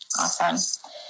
awesome